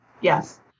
Yes